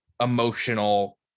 emotional